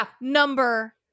number